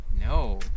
No